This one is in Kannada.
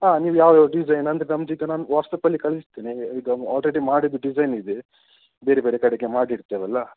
ಹಾಂ ನೀವು ಯಾವ ಯಾವ ಡಿಸೈನ್ ಅಂದರೆ ನಮ್ದು ಈಗ ನಮ್ಮ ವಾಟ್ಸಾಪ್ಪಲ್ಲಿ ಕಳಸ್ತೇನೆ ಇದನ್ನು ಆಲ್ರೆಡಿ ಮಾಡಿದ ಡಿಸೈನ್ ಇದೆ ಬೇರೆ ಬೇರೆ ಕಡೆಗೆ ಮಾಡಿರ್ತೇವಲ್ಲ